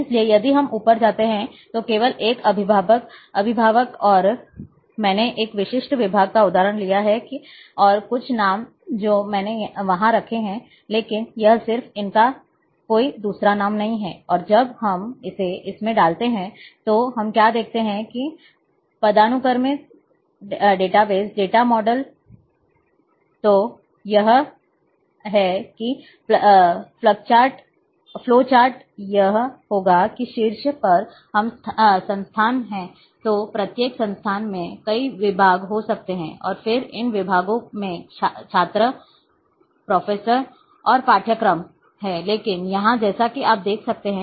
इसलिए यदि हम ऊपर जाते हैं तो केवल एक अभिभावक और मैंने एक विशिष्ट विभाग का उदाहरण लिया है और कुछ नाम जो मैंने वहां रखे हैं लेकिन यह सिर्फ इनका कोई दूसरा नाम नहीं है और जब हम इसे इसमें डालते हैं तो हम क्या देखते हैं पदानुक्रमित डेटाबेस डेटा मॉडल तो यह है कि फ़्लोचार्ट यह होगा कि शीर्ष पर हम संस्थान हैं तो प्रत्येक संस्थान में कई विभाग हो सकते हैं और फिर इन विभागों में छात्र प्रोफेसर और पाठ्यक्रम हैं लेकिन यहाँ जैसा कि आप देख सकते हैं